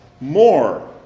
more